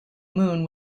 moon